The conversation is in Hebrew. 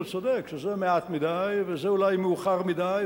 הוא צודק שזה מעט מדי וזה אולי מאוחר מדי,